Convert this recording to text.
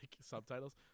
subtitles